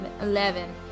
Eleven